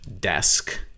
desk